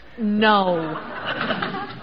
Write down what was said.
No